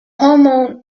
hormone